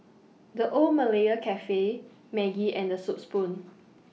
The Old Malaya Cafe Maggi and The Soup Spoon